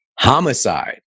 Homicide